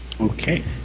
Okay